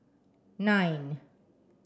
nine